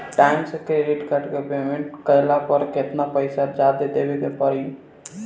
Time से credit card के payment ना कैला पर केतना पईसा जादे देवे के पड़ी?